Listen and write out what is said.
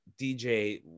DJ